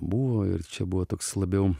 buvo ir čia buvo toks labiau